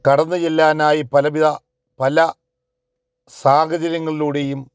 കടന്നുചെല്ലാനായി പലവിധ പല സാഹചര്യങ്ങളിലൂടെയും